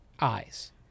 eyes